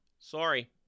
Sorry